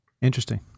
Interesting